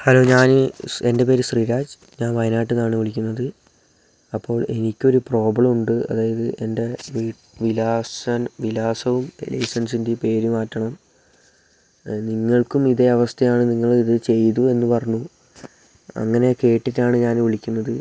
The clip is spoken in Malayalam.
ഹലോ ഞാൻ ഈ എൻ്റെ പേര് ശ്രീരാജ് ഞാൻ വയനാട്ടിൽ നിന്നാണ് വിളിക്കുന്നത് അപ്പോൾ എനിക്കൊരു പ്രോബ്ലം ഉണ്ട് അതായത് എൻ്റെ വിലാസൻ വിലാസവും ലൈസൻസിൻ്റെ പേര് മാറ്റണം നിങ്ങൾക്കും ഇതേ അവസ്ഥയാണ് നിങ്ങളിത് ചെയ്തു എന്ന് പറഞ്ഞു അങ്ങനെ കേട്ടിട്ടാണ് ഞാന് വിളിക്കുന്നത്